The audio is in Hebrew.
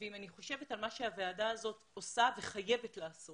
אם אני חושבת על מה שהוועדה הזאת עושה וחייבת לעשות